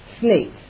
snakes